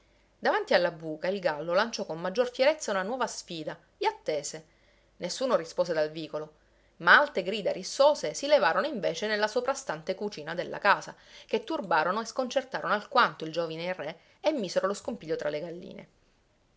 davanti alla buca il gallo lanciò con maggior fierezza una nuova sfida e attese nessuno rispose dal vicolo ma alte grida rissose si levarono invece nella soprastante cucina della casa che turbarono e sconcertarono alquanto il giovine re e misero lo scompiglio tra le galline